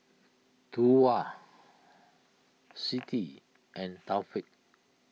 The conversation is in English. Tuah Siti and Taufik